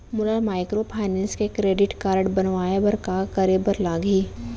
मोला माइक्रोफाइनेंस के credit card बनवाए बर का करे बर लागही?